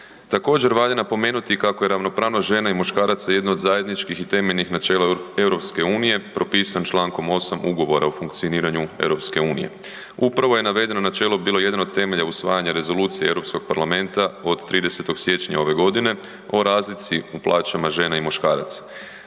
Također valja napomenuti kako je ravnopravnost žena i muškaraca jedno od zajedničkih i temeljnih načela EU propisan čl. 8. Ugovora o funkcioniranju EU. Upravo je navedeno načelo bilo jedan od temelja usvajanja rezolucije Europskog parlamenta od 30. siječnja ove godine o razlici u plaćama žena i muškaraca.